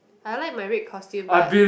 I like my red costume but